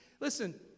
Listen